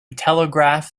telegraph